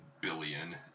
billion